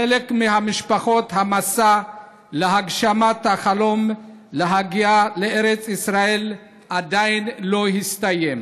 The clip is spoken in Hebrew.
לחלק מהמשפחות המסע להגשמת החלום להגיע לארץ ישראל עדיין לא הסתיים.